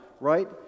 right